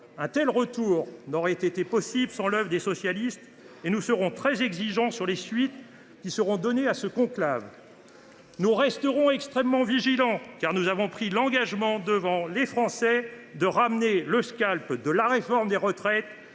Un tel retour n’aurait pas été possible sans l’œuvre des socialistes et nous serons très exigeants sur les suites qui seront données à ce conclave. Nous resterons extrêmement vigilants, car nous avons pris l’engagement devant nos électeurs de ramener le scalp de la réforme des retraites.